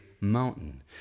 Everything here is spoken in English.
mountain